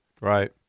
Right